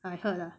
I heard lah